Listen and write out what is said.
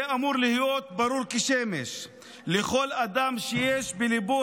זה אמור להיות ברור כשמש לכל אדם שיש בליבו